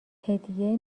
هدیه